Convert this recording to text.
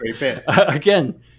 again